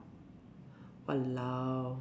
!wahlao!